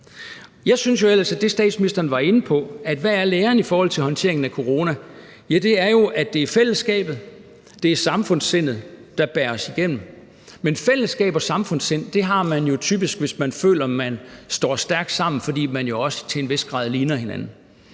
Jeg synes jo ellers – i forhold til at statsministeren var inde på, hvad der var læren af håndtering af corona – at det er fællesskabet, det er samfundssindet, der bærer os igennem. Men fællesskab og samfundssind har man jo typisk, hvis man føler, man står stærkt sammen, fordi man jo også til en vis grad ligner hinanden.